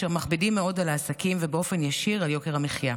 אשר מכבידים מאוד על העסקים ובאופן ישיר על יוקר המחיה.